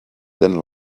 then